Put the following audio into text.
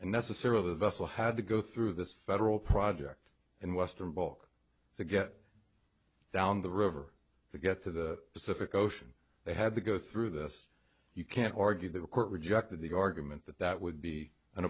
and necessarily the vessel had to go through this federal project in western balk to get down the river to get to the pacific ocean they had to go through this you can't argue that the court rejected the argument that that would be an